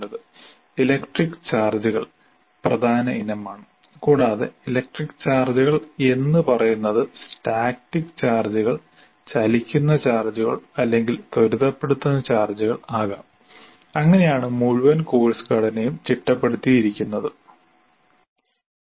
"electric ചാർജുകൾ" പ്രധാന ഇനമാണ് കൂടാതെ ഇലക്ട്രിക് ചാർജുകൾ എന്ന് പറയുന്നത് സ്റ്റാറ്റിക് ചാർജുകൾ ചലിക്കുന്ന ചാർജുകൾ അല്ലെങ്കിൽ ത്വരിതപ്പെടുത്തുന്ന ചാർജുകൾ ആകാം അങ്ങനെയാണ് മുഴുവൻ കോഴ്സ് ഘടനയും ചിട്ടപ്പെടുത്തിയിരിക്കുന്നതും